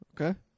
Okay